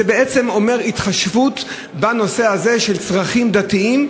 זה בעצם אומר התחשבות בנושא הזה של צרכים דתיים,